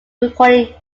recording